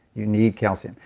you need calcium,